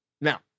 Now